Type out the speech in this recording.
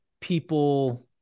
people